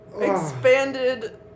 expanded